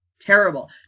terrible